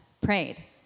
prayed